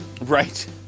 Right